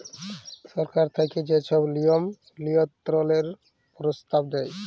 সরকার থ্যাইকে যে ছব লিয়ম লিয়ল্ত্রলের পরস্তাব দেয়